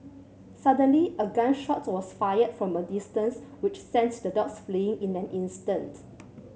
suddenly a gun shot was fired from a distance which sents the dog fleeing in an instance